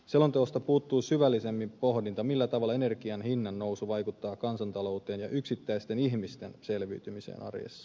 selonteosta puuttuu syvällisemmin pohdinta millä tavalla energian hinnan nousu vaikuttaa kansantalouteen ja yksittäisten ihmisten selviytymiseen arjessa